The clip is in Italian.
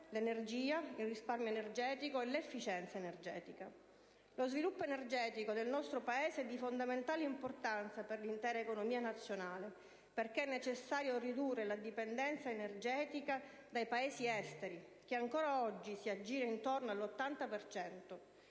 dell'energia, del risparmio energetico e dell'efficienza energetica. Lo sviluppo energetico del nostro Paese è di fondamentale importanza per l'intera economia nazionale, perché è necessario ridurre la dipendenza energetica dai Paesi esteri che ancora oggi si aggira intorno all'80